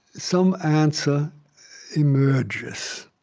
some answer emerges